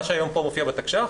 מה שהיום פה מופיע בתקש"ח